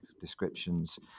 descriptions